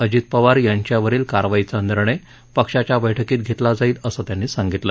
अजित पवार यांच्यावरील कारवाईचा निर्णय पक्षाच्या बैठकीत घेतला जाईल असं त्यांनी सांगितलं